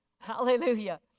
Hallelujah